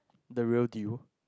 the real deal